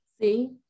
See